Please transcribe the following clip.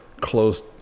close